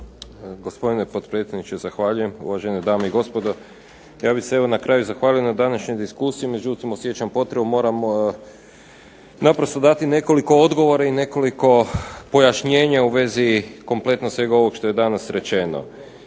Gospodine potpredsjedniče, zahvaljujem. Uvažene dame i gospodo. Ja bih se evo na kraju zahvalio na današnjoj diskusiji, međutim osjećam potrebu, moramo naprosto dati nekoliko odgovora i nekoliko pojašnjenja u vezi kompletno svega ovog što je danas rečeno.